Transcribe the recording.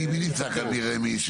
מי נמצא כאן מרמ"י?